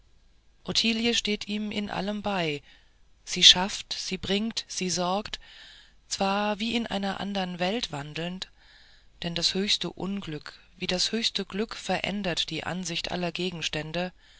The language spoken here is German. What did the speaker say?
steht ihm in allem bei sie schafft sie bringt sie sorgt zwar wie in einer andern welt wandelnd denn das höchste unglück wie das höchste glück verändert die ansicht aller gegenstände